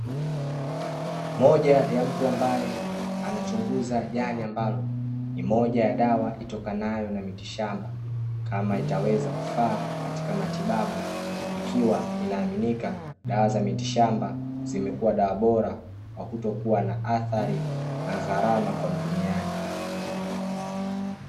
Moja ya mtu ambaye anachunguza jani ambalo ni moja ya dawa itokanayo na mitishamba, kama itaweza kufaa katika matibabu, ikiwa inaaminika dawa za mitishamba zimekuwa dawa bora kwa kutokuwa na athari na gharama kwa mtumiaji.